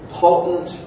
potent